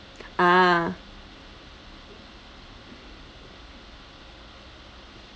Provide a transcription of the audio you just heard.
ah